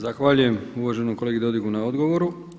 Zahvaljujem uvaženom kolegi Dodigu na odgovoru.